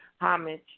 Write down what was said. homage